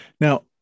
Now